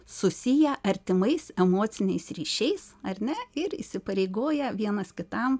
susiję artimais emociniais ryšiais ar ne ir įsipareigoję vienas kitam